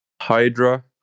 Hydra